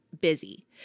busy